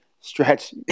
stretch